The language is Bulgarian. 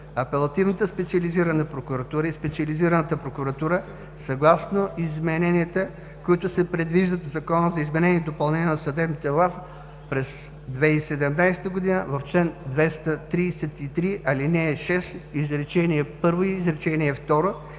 Апелативната специализирана прокуратурата и Специализираната прокуратура, съгласно измененията, които се предвиждат в Закона за изменение и допълнение на съдебната власт през 2017 г., в чл. 233, ал. 6, изречение първо и изречение